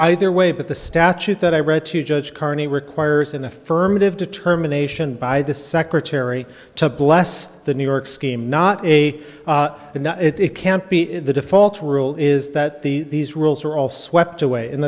either way but the statute that i read to judge carney requires an affirmative determination by the secretary to bless the new york scheme not a it can't be the default rule is that these rules are all swept away and